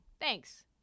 Thanks